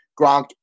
Gronk